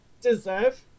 deserve